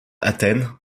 athènes